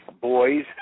boys